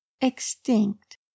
extinct